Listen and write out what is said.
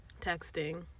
texting